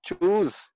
choose